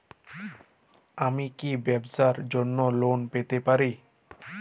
আমি কি ব্যবসার জন্য লোন পেতে পারি?